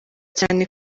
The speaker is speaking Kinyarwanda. cyane